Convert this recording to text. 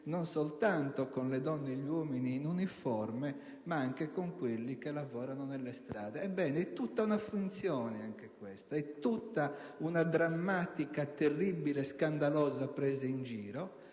non soltanto con le donne e gli uomini in uniforme, ma anche con quelli che lavorano nelle strade. Ebbene, anche questa è tutta una finzione, una drammatica, terribile, scandalosa presa in giro,